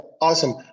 Awesome